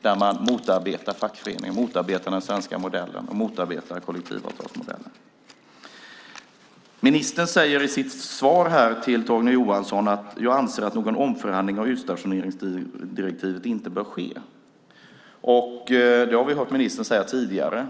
där man motarbetar fackföreningarna, motarbetar den svenska modellen, motarbetar kollektivavtalsmodellen. Ministern säger i sitt svar till Torgny Johansson: Jag anser att någon omförhandling av utstationeringsdirektivet inte bör ske. Det har vi hört ministern säga tidigare.